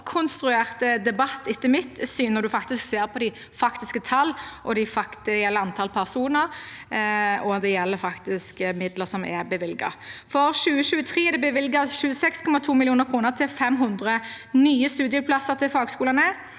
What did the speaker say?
syn som en oppkonstruert debatt, når en ser på de faktiske tallene. Det gjelder antall personer, og det gjelder faktiske midler som er bevilget. For 2023 ble det bevilget 26,2 mill. kr til 500 nye studieplasser til fagskolene.